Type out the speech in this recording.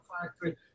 factory